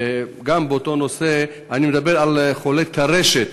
גם באותו נושא: אני מדבר על חולי טרשת,